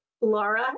laura